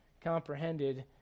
comprehended